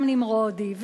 גם נמרודי,